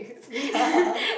ya